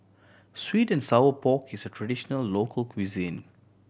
sweet and sour pork is a traditional local cuisine